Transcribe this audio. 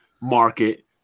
market